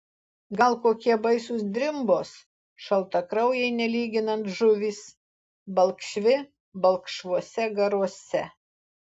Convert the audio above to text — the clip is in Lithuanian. gal kokie baisūs drimbos šaltakraujai nelyginant žuvys balkšvi balkšvuose garuose